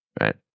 Right